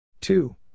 two